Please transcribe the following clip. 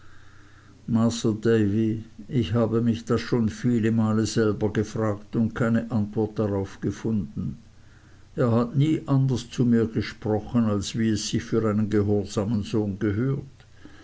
ich habe mich das schon viele male selber gefragt und keine antwort darauf gefunden er hat nie anders zu mir gesprochen als wie es sich für einen gehorsamen sohn gehört